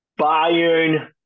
Bayern